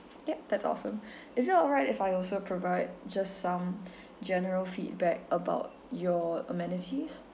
yup that's awesome is it alright if I also provide just some general feedback about your amenities